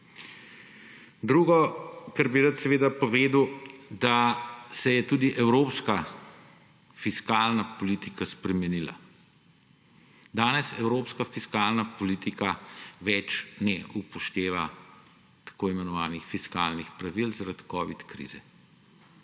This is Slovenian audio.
Drugo, kar bi rad povedal, da se je tudi evropska fiskalna politika spremenila. Danes evropska fiskalna politika več ne upošteva tako imenovanih fiskalnih pravil zaradi covid krize.